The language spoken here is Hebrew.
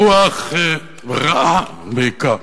רוח רעה, בעיקר,